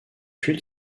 huile